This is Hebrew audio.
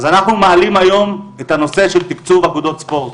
אנחנו מעלים היום את הנושא של תיקצוב אגודות ספורט.